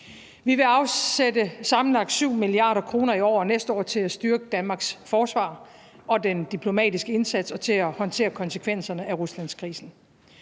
Vi vil afsætte sammenlagt 7 mia. kr. i år og næste år til at styrke Danmarks forsvar og den diplomatiske indsats og til at håndtere konsekvenserne af Ruslandskrisen.